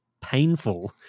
painful